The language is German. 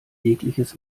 jegliches